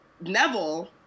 Neville